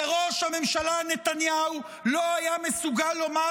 וראש הממשלה נתניהו לא היה מסוגל לומר